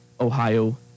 Ohio